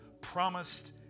promised